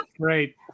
Great